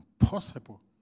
impossible